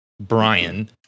Brian